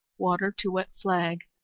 water to wet flag,